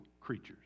creatures